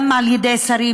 גם על ידי שרים,